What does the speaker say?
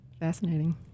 Fascinating